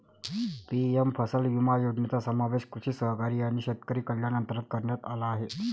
PM फसल विमा योजनेचा समावेश कृषी सहकारी आणि शेतकरी कल्याण अंतर्गत करण्यात आला आहे